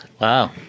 Wow